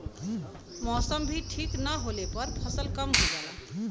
मौसम भी ठीक न होले पर फसल कम हो जाला